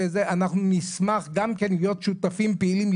אנחנו נשמח גם כן להיות שותפים פעילים,